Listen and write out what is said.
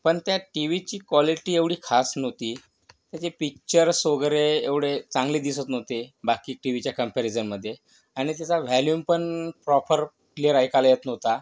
पण त्या टी व्हीची कॉलिटी एवढी खास नव्हती त्याचे पिक्चर्स वगैरे एवढे चांगले दिसत नव्हते बाकी टी व्हीच्या कंपॅरिजनमध्ये आणि त्याचा व्हॅल्युम पण प्रॉपर क्लिअर ऐकायला येत नव्हता